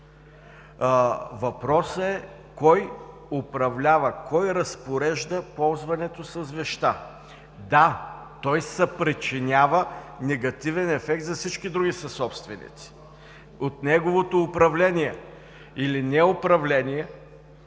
Въпросът е кой управлява, кой разпорежда ползването на веща. Той съпричинява негативен ефект за всички други съсобственици. От неговото управление или неуправление